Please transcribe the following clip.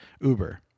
Uber